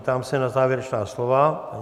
Ptám se na závěrečná slova?